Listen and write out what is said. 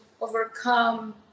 overcome